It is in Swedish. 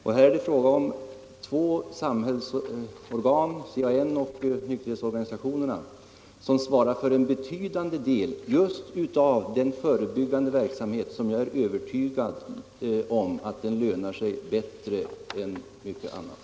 Och här gäller det samhällsorgan, CAN och nykterhetsorganisationerna, som svarar för en betydande del av just den förebyggande verksamhet som jag är övertygad om lönar sig bättre än mycket annat.